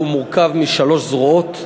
והוא מורכב משלוש זרועות: